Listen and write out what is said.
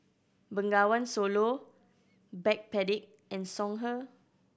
Bengawan Solo Backpedic and Songhe